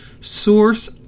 source